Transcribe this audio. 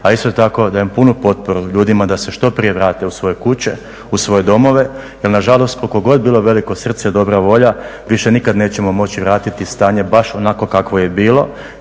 a isto tako dajem punu potporu ljudima da se što prije vrate u svoje kuće, u svoje domove. Jer nažalost koliko god bilo veliko srce i dobra volja više nikad nećemo moći vratiti stanje baš onakvo kakvo je bilo,